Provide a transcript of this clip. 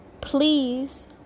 please